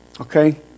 Okay